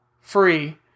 free